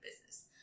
business